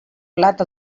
plat